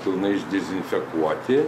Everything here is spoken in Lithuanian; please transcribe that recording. pilnai išdezinfekuoti